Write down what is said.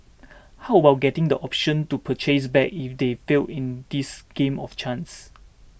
how about getting the Option to Purchase back if they fail in this game of chance